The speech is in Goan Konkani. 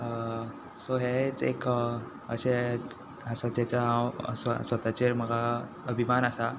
सो हें जें एक अशें आसा तातूंत हांव स्वताचे म्हाका अभिमान आसा